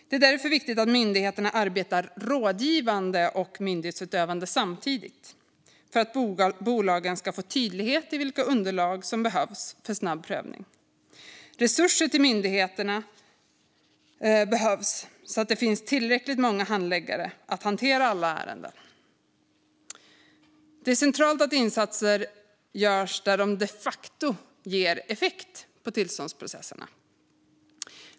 Det är därför viktigt att myndigheterna arbetar rådgivande och myndighetsutövande samtidigt för att bolagen ska få tydlighet i vilka underlag som behövs för snabb prövning. Resurser till myndigheterna behövs så att det finns tillräckligt många handläggare för att hantera alla ärenden. Det är centralt att insatser görs där de de facto ger effekt på tillståndsprocesserna.